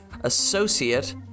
associate